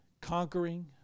conquering